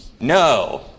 No